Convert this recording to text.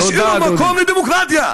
תשאירו מקום לדמוקרטיה.